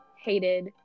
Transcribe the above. hated